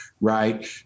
right